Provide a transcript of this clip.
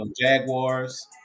Jaguars